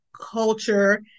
culture